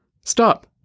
Stop